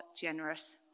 generous